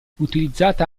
utilizzata